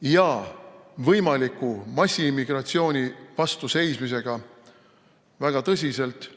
ja võimaliku massimmigratsiooni vastu seismisega väga tõsiselt